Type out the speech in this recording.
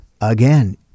again